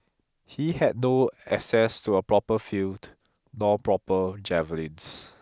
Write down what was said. he had no access to a proper field nor proper javelins